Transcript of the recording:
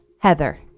Heather